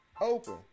Open